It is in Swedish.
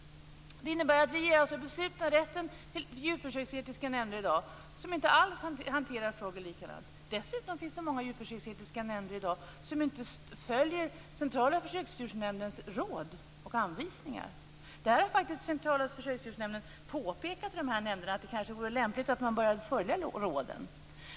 Det innebär att vi i dag ger beslutanderätten till djurförsöksetiska nämnder som inte alls hanterar frågor likadant. Dessutom finns det många djurförsöksetiska nämnder som inte följer Centrala försöksdjursnämndens råd och anvisningar. Centrala försöksdjursnämnden har faktiskt påpekat för de här nämnderna att det kanske vore lämpligt att man började följa råden.